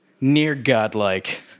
near-godlike